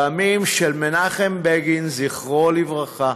רעמים של מנחם בגין, זכרו לברכה.